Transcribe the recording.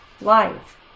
life